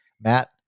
Matt